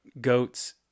goats